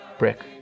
Brick